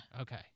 Okay